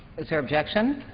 is there objection?